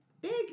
big